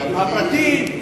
מה הפרטים.